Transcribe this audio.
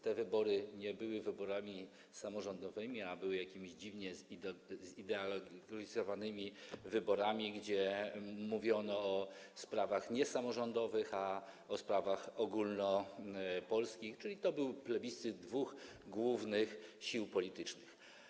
Te wybory nie były wyborami samorządowymi, a były jakimiś dziwnie zideologizowanymi wyborami, gdzie nie mówiono o sprawach samorządowych, a o sprawach ogólnopolskich, czyli był to plebiscyt dwóch głównych sił politycznych.